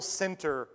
center